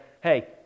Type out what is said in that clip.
hey